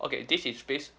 okay this is based